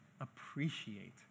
appreciate